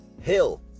Hill